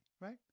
right